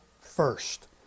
first